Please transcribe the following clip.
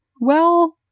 Well-